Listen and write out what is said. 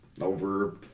over